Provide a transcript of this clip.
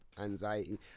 anxiety